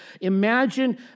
Imagine